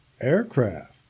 aircraft